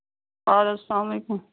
اَدٕ حظ سَلام علیکُم